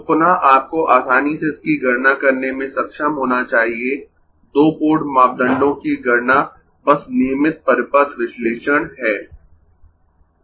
तो पुनः आपको आसानी से इसकी गणना करने में सक्षम होना चाहिए दो पोर्ट मापदंडों की गणना बस नियमित परिपथ विश्लेषण है